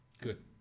Good